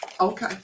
Okay